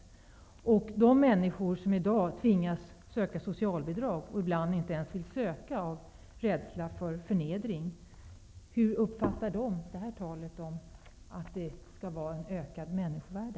Hur uppfattar de människor som i dag tvingas att söka socialbidrag, och som ibland inte ens vill söka av rädsla för förnedring, talet om ökat människovärde?